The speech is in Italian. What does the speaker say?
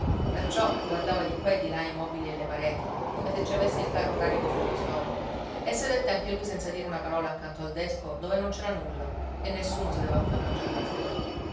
perciò guardava di qua e di là i mobili e le pareti come se ci avesse il carro carico sullo stomaco e sedette anche lui senza dire una parola accanto al desco dove non c'era nulla e nessuno sedeva più a mangiare la sera